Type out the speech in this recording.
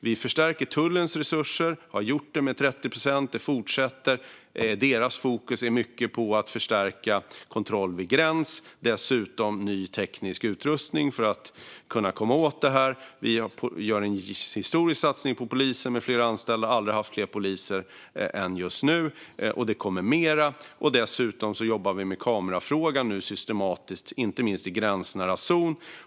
Vi förstärker tullens resurser. Det har vi gjort med 30 procent, och det fortsätter. Deras fokus ligger mycket på att förstärka kontrollen vid gränsen och dessutom på ny teknisk utrustning för att kunna komma åt de kriminella. Vi gör en historisk satsning på polisen med fler anställda. Vi har aldrig haft fler poliser än just nu, och det kommer fler. Vi jobbar dessutom systematiskt med kamerafrågan nu, inte minst i gränsnära zon.